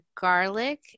garlic